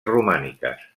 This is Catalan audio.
romàniques